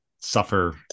suffer